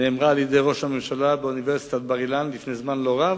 נאמרה על-ידי ראש הממשלה באוניברסיטת בר-אילן לפני זמן לא רב,